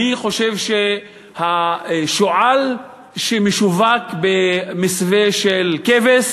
אני חושב שהשועל שמשווק במסווה של כבש,